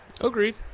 Agreed